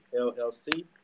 LLC